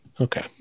Okay